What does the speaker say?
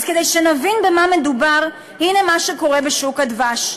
אז כדי שנבין במה מדובר, הנה מה שקורה בשוק הדבש.